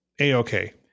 A-okay